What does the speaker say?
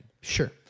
Sure